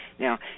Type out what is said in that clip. Now